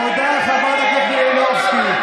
תודה, חברת הכנסת מלינובסקי.